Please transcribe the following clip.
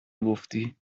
گفتی